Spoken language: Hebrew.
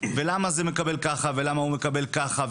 למה זה מקבל כך ולמה הוא מקבל כך,